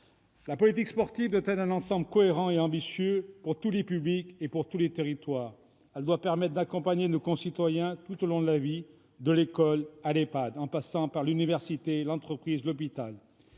La politique sportive doit être un ensemble cohérent et ambitieux pour tous les publics et pour tous les territoires. Elle doit permettre d'accompagner nos concitoyens tout au long de la vie, de l'école à l'Ehpad, en passant par l'université, l'entreprise et l'hôpital.